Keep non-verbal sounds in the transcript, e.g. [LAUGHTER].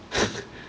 [LAUGHS]